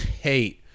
hate